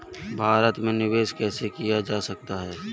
भारत में निवेश कैसे किया जा सकता है?